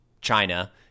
China